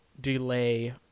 delay